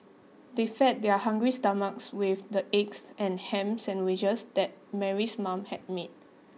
they fed their hungry stomachs with the eggs and ham sandwiches that Mary's mother had made